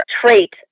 trait